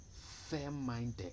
fair-minded